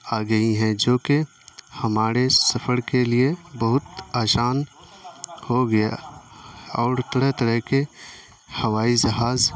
آ گئی ہیں جو کہ ہمارے سفر کے لیے بہت آسان ہو گیا اور طرح طرح کے ہوائی جہاز